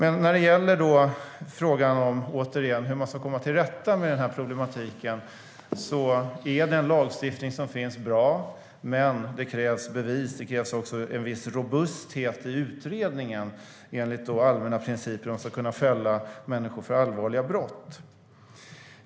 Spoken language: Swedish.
När det gäller hur man ska komma till rätta med den här problematiken är den lagstiftning som finns bra, men det krävs bevis och en viss robusthet i utredningen enligt allmänna principer om man ska kunna fälla människor för allvarliga brott.